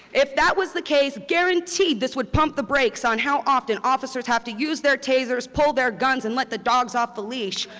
if that was the case, guaranteed, this would pump the brakes on how often officers have to use their tasers, pull their guns and let the dogs off the leash.